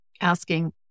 Asking